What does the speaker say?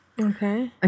Okay